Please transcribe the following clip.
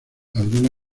alguna